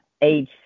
age